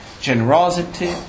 generosity